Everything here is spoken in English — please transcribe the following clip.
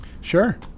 Sure